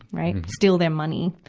right? steal their money.